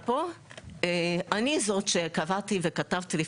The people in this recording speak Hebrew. הזרע לצורך פוריות בעתיד הוא אולי רעיון שמקדים את